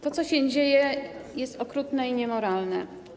To, co się dzieje, jest okrutne i niemoralne.